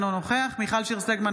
אינו נוכח מיכל שיר סגמן,